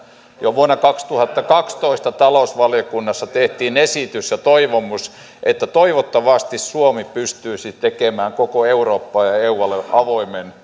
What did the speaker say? jo vuonna kaksituhattakaksitoista talousvaliokunnassa tehtiin esitys ja toivomus että toivottavasti suomi pystyisi tekemään koko eurooppaan ja ja eu alueelle avoimen